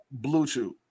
Bluetooth